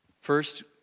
First